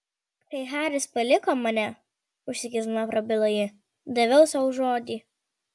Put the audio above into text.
kai haris paliko mane užsikirsdama prabilo ji daviau sau žodį